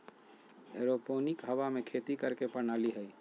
aeroponic हवा में खेती करे के प्रणाली हइ